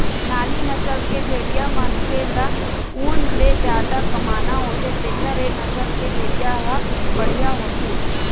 नाली नसल के भेड़िया मनखे ल ऊन ले जादा कमाना होथे तेखर ए नसल के भेड़िया ह बड़िहा होथे